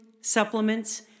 supplements